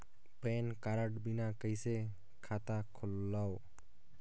Pan card बिना कइसे खाता खोलव?